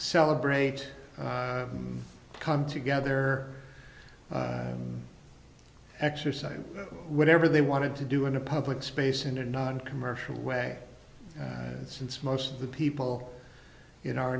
celebrate come together exercise whatever they wanted to do in a public space in a noncommercial way and since most of the people in our